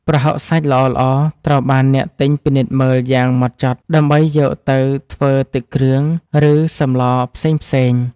ប្រហុកសាច់ល្អៗត្រូវបានអ្នកទិញពិនិត្យមើលយ៉ាងហ្មត់ចត់ដើម្បីយកទៅធ្វើទឹកគ្រឿង ឬសម្លផ្សេងៗ។